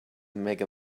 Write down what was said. mega